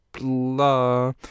blah